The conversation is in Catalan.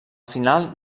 final